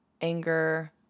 anger